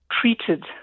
treated